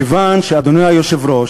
אדוני היושב-ראש,